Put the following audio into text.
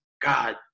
God